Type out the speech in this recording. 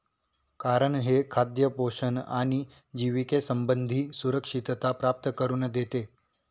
कारण हे खाद्य पोषण आणि जिविके संबंधी सुरक्षितता प्राप्त करून देते